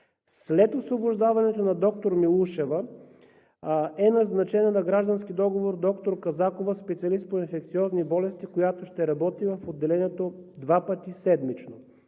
След освобождаването на доктор Милушева на граждански договор е назначена доктор Казакова – специалист по инфекциозни болести, която ще работи в отделението два пъти седмично.